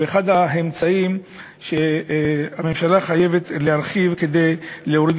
הוא אחד האמצעים שהממשלה חייבת להרחיב כדי להוריד